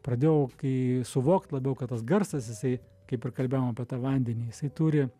pradėjau kai suvokt labiau kad tas garsas jisai kaip ir kalbėjom apie tą vandenį jisai turi